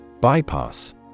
Bypass